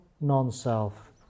non-self